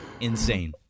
insane